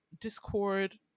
Discord